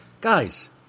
Guys